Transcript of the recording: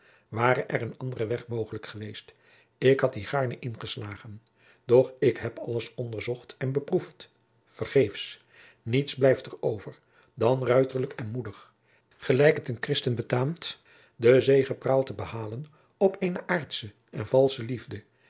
ware er een andere weg mogelijk geweest ik had dien gaarne ingeslagen doch ik heb alles onderzocht en beproefd vergeefs niets blijft er over dan ruiterlijk en moedig gelijk het een christen betaamt den zegepraal te behalen op eene aardsche en valsche liefde